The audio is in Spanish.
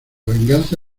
venganza